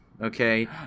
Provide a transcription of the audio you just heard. okay